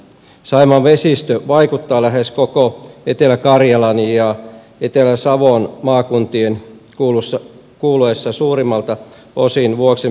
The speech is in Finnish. saimaan vesistö vaikuttaa lähes koko etelä karjalaan ja etelä savoon maakuntien kuuluessa suurimmalta osin vuoksen vesistöalueeseen